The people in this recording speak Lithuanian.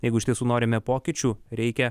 jeigu iš tiesų norime pokyčių reikia